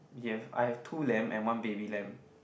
you have I have two lamb and one baby lamb